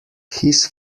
his